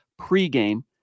pregame